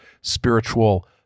spiritual